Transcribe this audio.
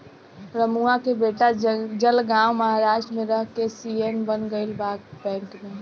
रमुआ के बेटा जलगांव महाराष्ट्र में रह के सी.ए बन गईल बा बैंक में